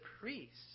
priests